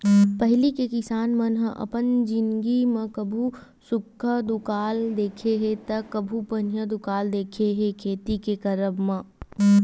पहिली के किसान मन ह अपन जिनगी म कभू सुक्खा दुकाल देखे हे ता कभू पनिहा दुकाल देखे हे खेती के करब म